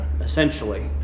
essentially